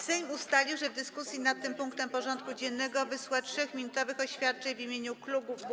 Sejm ustalił, że w dyskusji nad tym punktem porządku dziennego wysłucha 3-minutowych oświadczeń w imieniu klubów i kół.